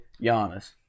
Giannis